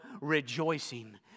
rejoicing